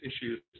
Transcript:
issues